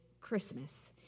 Christmas